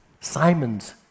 Simon's